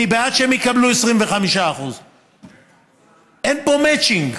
אני בעד שהם יקבלו 25%. אין פה מצ'ינג,